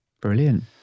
brilliant